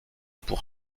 pour